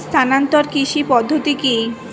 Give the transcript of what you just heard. স্থানান্তর কৃষি পদ্ধতি কি?